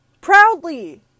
Proudly